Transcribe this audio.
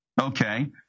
Okay